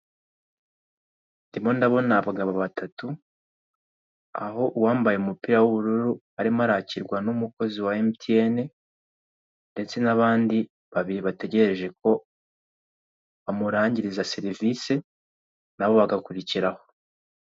Ndimo ndabona abagabo batatu, aho uwambaye umupira w'uburur arimo arakirwa n'umukozi wa emutiyrne ndetse n'abandi, babiri bategereje ko bamurangiriza serivise nabo bagakurikiraho.